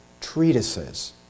treatises